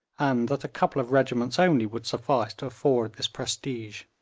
and that a couple of regiments only would suffice to afford this prestige.